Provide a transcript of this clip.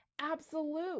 absolute